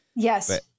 Yes